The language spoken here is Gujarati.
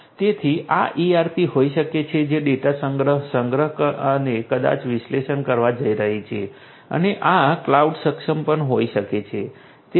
તેથી આ ERPs હોઈ શકે છે જે ડેટા સંગ્રહ સંગ્રહ અને કદાચ વિશ્લેષણ કરવા જઈ રહી છે અને આ ક્લાઉડ સક્ષમ પણ હોઈ શકે છે